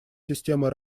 системы